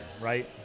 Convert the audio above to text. right